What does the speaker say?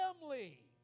family